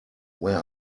where